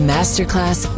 Masterclass